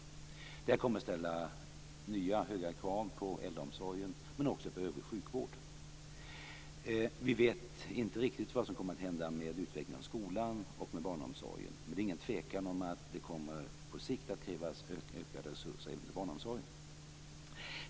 Detta kommer att ställa nya höga krav på äldreomsorgen men också på sjukvården. Vi vet inte riktigt vad som kommer att hända med utvecklingen av skolan och barnomsorgen, men det är ingen tvekan om att det på sikt kommer att krävas ökade resurser även inom barnomsorgen.